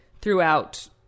throughout